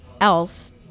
else